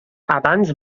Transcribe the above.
abans